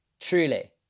truly